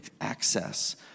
access